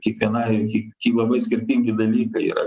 kiekviena irgi kiek labai skirtingi dalykai yra